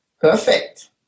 perfect